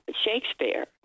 Shakespeare